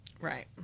Right